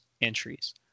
entries